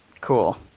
Cool